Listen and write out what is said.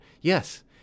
Yes